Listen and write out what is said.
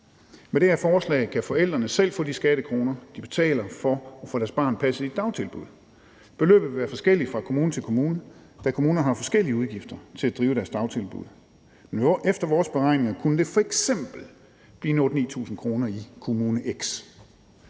Med det her forslag kan forældrene selv få de skattekroner, de betaler for at få deres barn passet i dagtilbud. Beløbet vil være forskelligt fra kommune til kommune, da kommuner har forskellige udgifter til at drive deres dagtilbud. Men efter vores beregninger kunne det f.eks. blive 8.000-9.000 kr. i kommune X.